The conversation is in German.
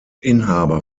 inhaber